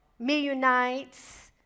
Meunites